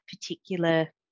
particular